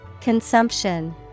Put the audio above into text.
Consumption